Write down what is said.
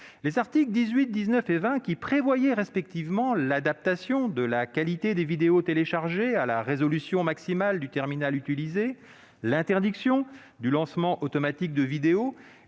Les articles 18, 19 et 20, qui prévoyaient respectivement l'adaptation de la qualité des vidéos téléchargées à la résolution maximale du terminal utilisé, l'interdiction du lancement automatique de vidéos